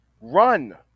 run